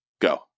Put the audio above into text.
Go